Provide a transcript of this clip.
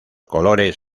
colores